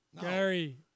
Gary